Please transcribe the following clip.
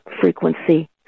frequency